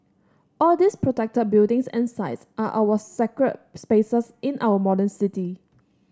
all these protected buildings and sites are our sacred spaces in our modern city